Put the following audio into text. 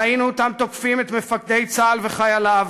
ראינו אותם תוקפים את מפקדי צה"ל וחייליו,